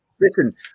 Listen